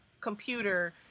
computer